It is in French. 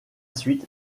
suite